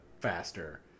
faster